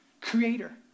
creator